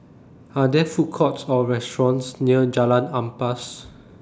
Are There Food Courts Or restaurants near Jalan Ampas